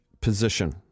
position